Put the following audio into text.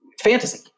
fantasy